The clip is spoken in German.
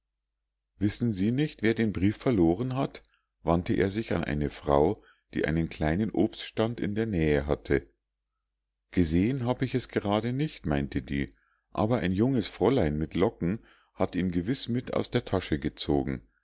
wissen sie nicht wer den brief verloren hat wandte er sich an eine frau die einen kleinen obststand in der nähe hatte gesehen habe ich es gerade nicht meinte die aber ein junges fräulein mit locken hat ihn gewiß mit aus der tasche gezogen